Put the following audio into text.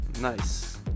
nice